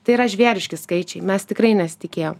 tai yra žvėriški skaičiai mes tikrai nesitikėjom